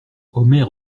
omer